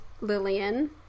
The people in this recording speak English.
Lillian